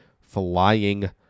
flying